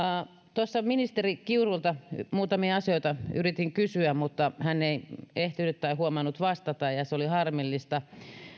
ministeri kiurulta yritin kysyä muutamia asioita mutta hän ei ehtinyt tai huomannut vastata ja ja se oli harmillista